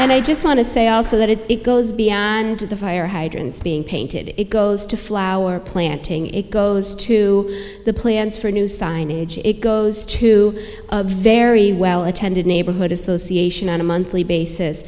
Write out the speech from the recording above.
i just want to say also that it goes beyond the fire hydrants being painted it goes to flower plant it goes to the plans for new signage it goes to a very well attended neighborhood association on a monthly basis